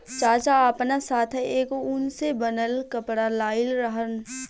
चाचा आपना साथै एगो उन से बनल कपड़ा लाइल रहन